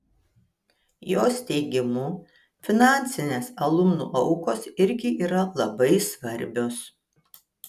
jos teigimu finansinės alumnų aukos irgi yra labai svarbios